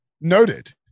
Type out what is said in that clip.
noted